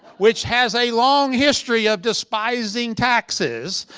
which has a long history of despising taxes.